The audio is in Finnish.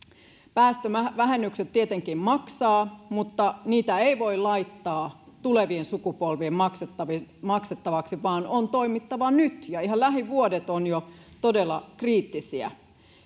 päästövähennykset tietenkin maksavat mutta niitä ei voi laittaa tulevien sukupolvien maksettavaksi maksettavaksi vaan on toimittava nyt ja ihan lähivuodet ovat jo todella kriittisiä